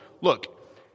look